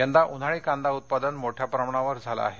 यंदा उन्हाळी कांदा उत्पादन मोठ्या प्रमाणावर झालं आहे